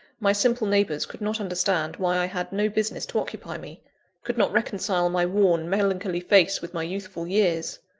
my simple neighbours could not understand why i had no business to occupy me could not reconcile my worn, melancholy face with my youthful years.